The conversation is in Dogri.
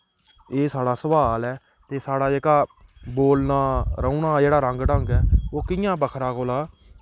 एह् साढ़ा सवाल ऐ ते साढ़ा जेह्का बोलना रौह्ना जेह्ड़ा रंग ढंग ऐ ओह् कि'यां बक्खरा कोला